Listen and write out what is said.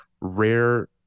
rare